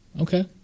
okay